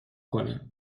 کنه